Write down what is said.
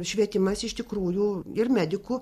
švietimas iš tikrųjų ir medikų